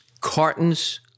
Cartons